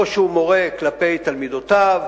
או שהוא מורה כלפי תלמידותיו,